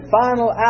final